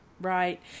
right